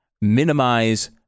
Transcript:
minimize